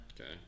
Okay